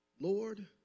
Lord